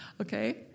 Okay